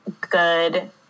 good